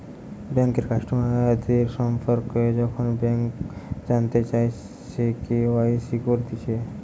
বেঙ্কের কাস্টমারদের সম্পর্কে যখন ব্যাংক জানতে চায়, সে কে.ওয়াই.সি করতিছে